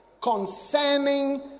concerning